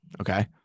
okay